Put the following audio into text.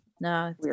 No